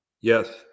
Yes